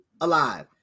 alive